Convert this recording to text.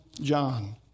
John